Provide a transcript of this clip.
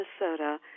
Minnesota